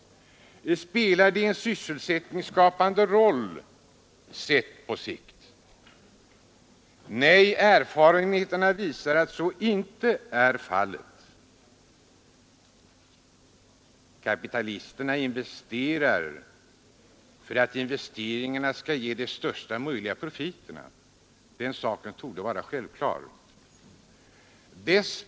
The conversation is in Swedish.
Spelar de en sysselsättningsskapande roll på sikt? Nej, erfarenheterna visar att så inte är fallet. Kapitalisterna investerar för att investeringarna skall ge de största möjliga profiterna, den saken torde vara självklar.